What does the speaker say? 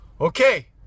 Okay